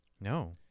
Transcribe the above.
No